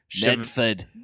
Medford